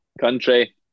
Country